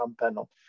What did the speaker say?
panel